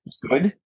good